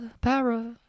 para